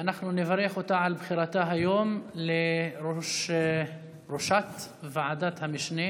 אנחנו נברך אותה על בחירתה היום לראשת ועדת המשנה